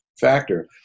factor